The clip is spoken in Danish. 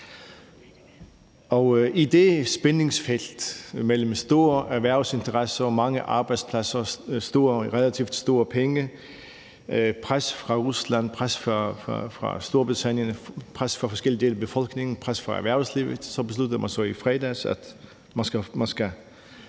i det spændingsfelt mellem store erhvervsinteresser og mange arbejdspladser og relativt store penge, pres fra Rusland, pres fra Storbritannien, pres fra forskellige dele af befolkningen og pres fra erhvervslivet besluttede man så i fredags, at man skal